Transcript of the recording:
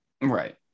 Right